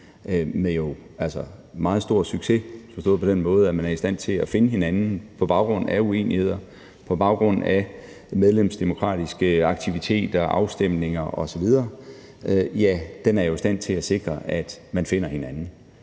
med meget stor succes forstået på den måde, at man er i stand til at finde hinanden på baggrund af uenigheder, på baggrund af medlemsdemokratiske aktiviteter, afstemninger osv., er i stand til at sikre, at man finder hinanden.